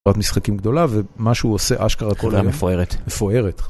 זאת משחקים גדולה, ומה שהוא עושה, אשכרה כל היום, חברה מפוארת.